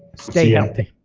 stay healthy.